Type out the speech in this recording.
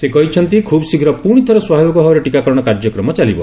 ସେ କହିଛନ୍ତି ଖୁବ୍ ଶୀଘ୍ର ପୁଶି ଥରେ ସ୍ୱାଭାବିକ ଭାବରେ ଟିକାକରଣ କାର୍ଯ୍ୟକ୍ରମ ଚାଲିବ